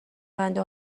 بنده